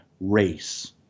race